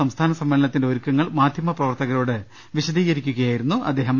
സംസ്ഥാന സമ്മേളനത്തിന്റെ ഒരുക്കങ്ങൾ മാധ്യമപ്രവർത്തകരോട് വിശദീകരിക്കു കയായിരുന്നു അദ്ദേഹം